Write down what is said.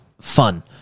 fun